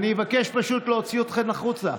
אני אבקש להוציא אתכן החוצה.